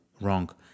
wrong